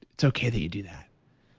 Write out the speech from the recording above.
it's okay that you do that.